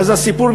ואז הסיפור,